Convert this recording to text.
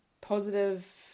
positive